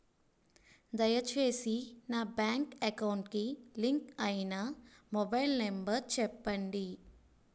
దయచేసి నా bank account కి లింక్ అయినా మొబైల్ నంబర్ చెప్పండి